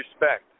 respect